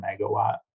megawatt